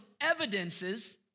evidences